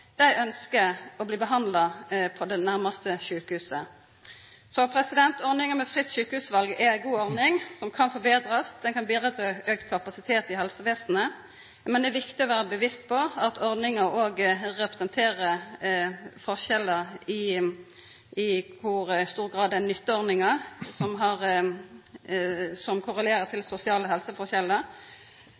å bli behandla på det nærmaste sjukehuset. Så ordninga med fritt sjukehusval er ei god ordning som kan forbetrast. Ho kan bidra til auka kapasitet i helsevesenet. Men det er viktig å vera bevisst på at ordninga òg representerer forskjellar i kor stor grad ho blir nytta, som korrelerer til sosiale